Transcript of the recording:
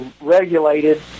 regulated